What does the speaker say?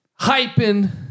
hyping